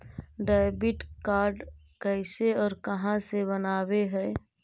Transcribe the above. Debit card कैसे और कहां से बनाबे है?